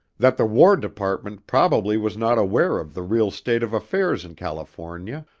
that the war department probably was not aware of the real state of affairs in california,